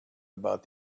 about